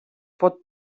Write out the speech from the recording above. pot